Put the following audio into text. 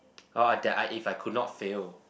or that I if I could not fail